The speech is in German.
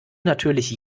natürlich